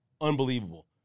Unbelievable